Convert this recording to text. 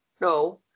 no